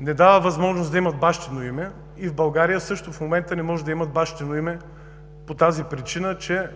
не дава възможност да имат бащино име, и в България също в момента не може да имат бащино име по тази причина, че